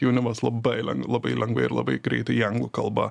jaunimas labai labai lengvai ir labai greitai į anglų kalba